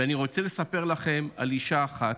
ואני רוצה לספר לכם על אישה אחת,